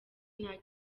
nta